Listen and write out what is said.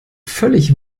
völlig